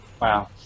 Wow